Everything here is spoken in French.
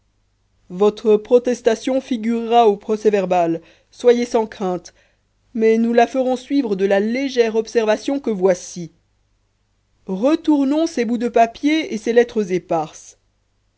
votre protestation figurera au procès-verbal soyez sans crainte mais nous la ferons suivre de la légère observation que voici retournons ces bouts de papier et ces lettres éparses